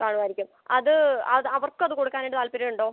കാണുവായിരിക്കും അത് അത് അവർക്കത് കൊടുക്കാനായിട്ട് താൽപ്പര്യമുണ്ടോ